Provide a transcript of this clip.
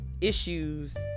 issues